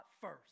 first